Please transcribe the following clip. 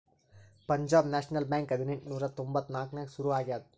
Punjab National Bank ಹದಿನೆಂಟ್ ನೂರಾ ತೊಂಬತ್ತ್ ನಾಕ್ನಾಗ್ ಸುರು ಆಗ್ಯಾದ